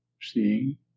Seeing